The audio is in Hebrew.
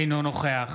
אינו נוכח